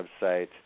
website